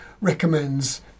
recommends